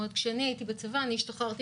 אני השתחררתי